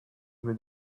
with